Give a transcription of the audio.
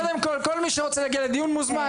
קודם כל, כל מי שרוצה להגיע לדיון, מוזמן.